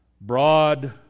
broad